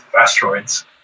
asteroids